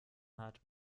hat